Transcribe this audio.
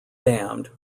damned